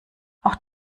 auch